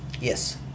Yes